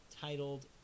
titled